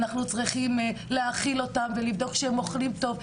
אנחנו צריכים להאכיל אותם ולבדוק שהם אוכלים טוב,